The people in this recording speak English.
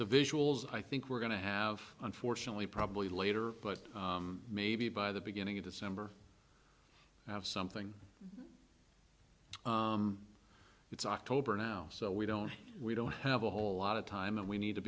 the visuals i think we're going to have unfortunately probably later but maybe by the beginning of december have something it's october now so we don't we don't have a whole lot of time and we need to